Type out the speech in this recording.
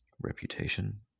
reputation